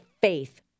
faith